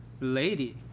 lady